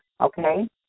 Okay